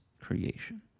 creation